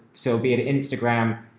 so be it an instagram,